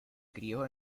crio